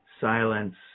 silence